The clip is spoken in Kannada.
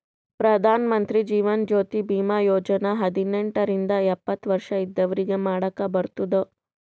ಪ್ರಧಾನ್ ಮಂತ್ರಿ ಜೀವನ್ ಜ್ಯೋತಿ ಭೀಮಾ ಯೋಜನಾ ಹದಿನೆಂಟ ರಿಂದ ಎಪ್ಪತ್ತ ವರ್ಷ ಇದ್ದವ್ರಿಗಿ ಮಾಡಾಕ್ ಬರ್ತುದ್